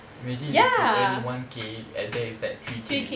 imagine if you earn one K and there is like three K